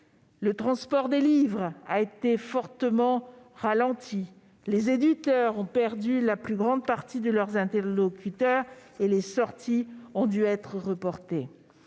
Le transport des livres a été fortement ralenti. Les éditeurs ont perdu la plus grande partie de leurs interlocuteurs et les sorties ont dû être reportées.